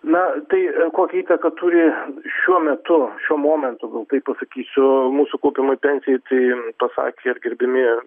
na tai kokią įtaką turi šiuo metu šiuo momentu gal taip pasakysiu mūsų kaupiamai pensijai tai pasakė ir gerbiami